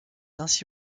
ainsi